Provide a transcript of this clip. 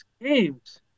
games